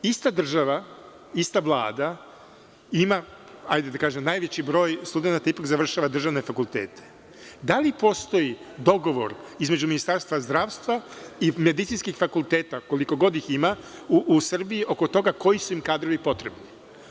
Ista država, ista Vlada ima da kažem, najveći broj studenata ipak završava državne fakultete, da li postoji dogovor između Ministarstva zdravstva i medicinskih fakulteta, koliko god ih ima u Srbiji, oko toga koji su im kadrovi potrebni?